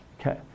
okay